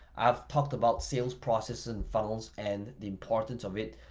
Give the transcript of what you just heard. i've talked about sales process and funnels and the importance of it,